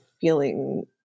feeling